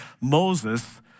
Moses